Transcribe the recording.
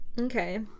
Okay